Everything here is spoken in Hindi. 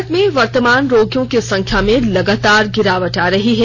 भारत में वर्तमान रोगियों की संख्या में लगातार गिरावट आ रही है